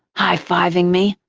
high-fiving me.